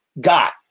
got